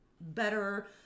better